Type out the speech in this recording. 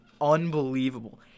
unbelievable